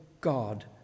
God